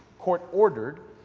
court ordered,